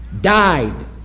died